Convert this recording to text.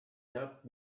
helped